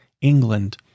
England